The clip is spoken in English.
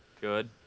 good